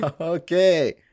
Okay